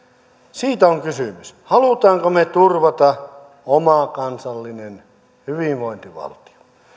siitä on kysymys haluammeko me turvata oman kansallisen hyvinvointivaltiomme